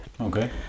Okay